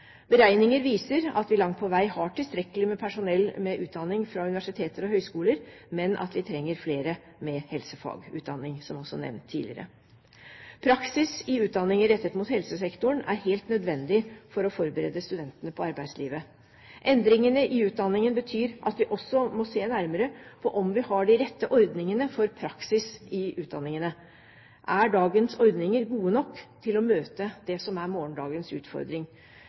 Beregninger viser at vi langt på vei har tilstrekkelig med personell med utdanning fra universiteter og høyskoler, men at vi trenger flere med helsefagutdanning, som også nevnt tidligere. Praksis i utdanninger rettet mot helsesektoren er helt nødvendig for å forberede studentene på arbeidslivet. Endringene i utdanningen betyr at vi også må se nærmere på om vi har de rette ordningene for praksis i utdanningene. Er dagens ordninger gode nok til å møte det som er morgendagens utfordring?